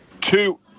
two